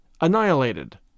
Annihilated